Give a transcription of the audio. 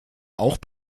auch